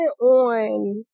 on